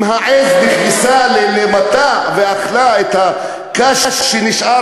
אם העז נכנסה למטע ואכלה את הקש שנשאר